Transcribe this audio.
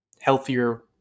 healthier